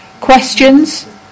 questions